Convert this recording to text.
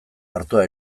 artoa